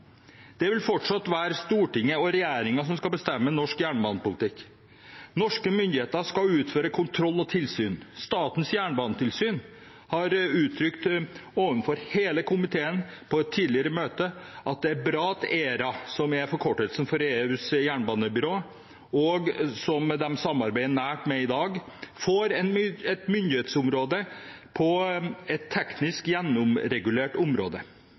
Det vil fortsatt være Stortinget og regjeringen som skal bestemme norsk jernbanepolitikk. Norske myndigheter skal utføre kontroll og tilsyn. Statens jernbanetilsyn har overfor hele komiteen på et tidligere møte uttrykt at det er bra at ERA, som er forkortelsen for EUs jernbanebyrå, og som de samarbeider nært med i dag, får et myndighetsområde på et teknisk gjennomregulert område.